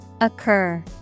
Occur